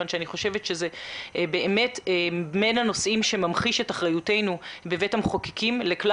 אני חושבת שזה באמת נושא שממחיש את אחריותנו בבית המחוקקים לכלל